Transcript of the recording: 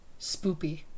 Spoopy